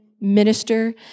minister